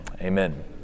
amen